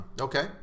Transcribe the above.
Okay